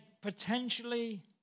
potentially